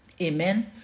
Amen